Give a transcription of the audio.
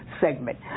segment